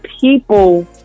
People